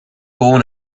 born